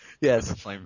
Yes